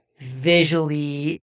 visually